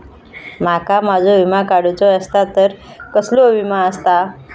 माका माझो विमा काडुचो असा तर कसलो विमा आस्ता?